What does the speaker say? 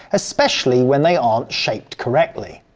especially when they aren't shaped correctly.